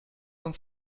uns